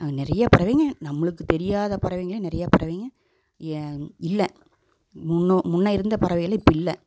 நிறைய பறவைங்க நம்ளுக்கு தெரியாத பறவைகளும் நிறைய பறவைங்க இல்லை முன்ன முன்ன இருந்த பறவைகளும் இப்போ இல்லை